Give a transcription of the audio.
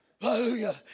Hallelujah